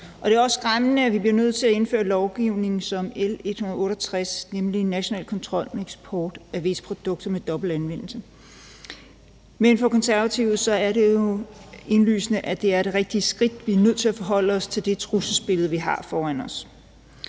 det er også skræmmende, at vi bliver nødt til at indføre lovgivning som L 168, nemlig om national kontrol med eksport af visse produkter med dobbelt anvendelse. Men for Konservative er det jo indlysende, at det er det rigtige skridt. Vi er nødt til at forholde os til det trusselsbillede, vi har foran os.